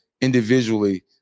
individually